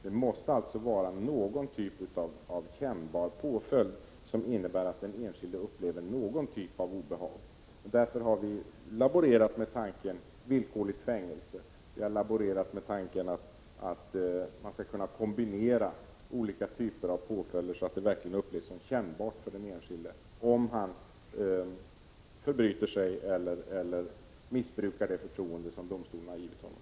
Det måste alltså vara en kännbar påföljd, som innebär att den enskilde upplever någon sorts obehag, och därför har vi laborerat med tanken på villkorligt fängelse och möjligheten att kombinera olika typer av påföljder, så att det verkligen upplevs som kännbart för den enskilde om han förbryter sig eller missbrukar det förtroende som domstolen har givit honom.